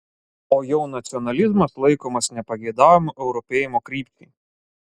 o jau nacionalizmas laikomas nepageidaujamu europėjimo krypčiai